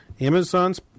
Amazon's